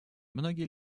многие